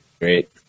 great